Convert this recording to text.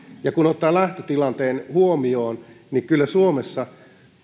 kun ottaa lähtötilanteen huomioon niin kyllä suomessa